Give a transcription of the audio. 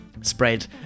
spread